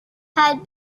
had